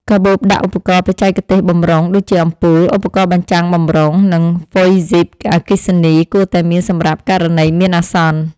កាបូបដាក់ឧបករណ៍បច្ចេកទេសបម្រុង ដូចជាអំពូល ឧបករណ៍បញ្ចាំងបម្រុង និងហ្វុយស៊ីបអគ្គិសនី គួរតែមានសម្រាប់ករណីមានអាសន្ន។